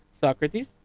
Socrates